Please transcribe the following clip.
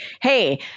hey